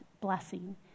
blessing